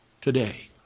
today